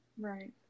right